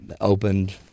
opened